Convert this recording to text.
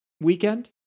weekend